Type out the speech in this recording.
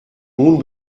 nun